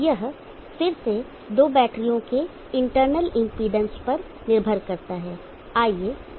यह फिर से दो बैटरियों के इंटरनल इम्पीडेंसेस पर निर्भर करता है